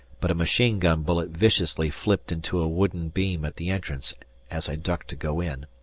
but a machine-gun bullet viciously flipped into a wooden beam at the entrance as i ducked to go in.